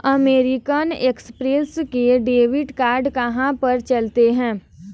American Express के debit card कहाँ पर चलते हैं?